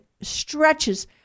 stretches